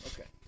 okay